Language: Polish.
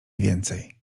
więcej